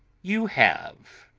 you have,